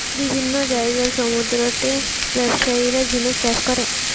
বিভিন্ন জায়গার সমুদ্রতটে ব্যবসায়ীরা ঝিনুক চাষ করে